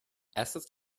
asset